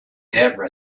debra